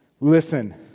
listen